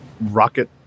Rocket